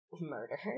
murder